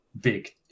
big